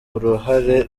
uruhare